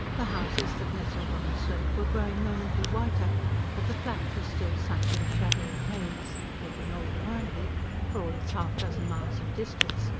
the houses that nestled on the slope were growing momently whiter but the flat was still sunk in shadow and haze, making old warrenheip, for all its half-dozen miles of distance,